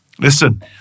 Listen